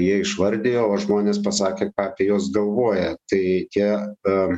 jie išvardijo o žmonės pasakė ką apie juos galvoja tai tie e